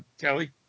Kelly